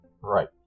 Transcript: Right